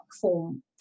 form